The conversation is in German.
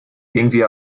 irgendwie